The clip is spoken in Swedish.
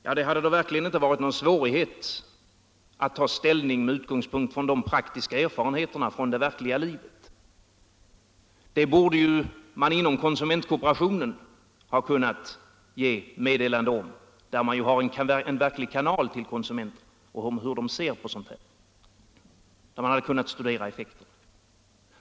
Ja, det hade då verkligen inte varit någon svårighet att ta ställning med utgångspunkt i de praktiska erfarenheterna i det verkliga livet. Vad som är effekterna av denna utveckling och hur konsumenterna ser på detta borde ju konsumentkooperationen kunna ge besked om — där har man ju en verklig kanal till konsumenterna.